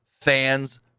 fans